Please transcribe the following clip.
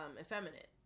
effeminate